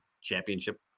championship